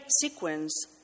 sequence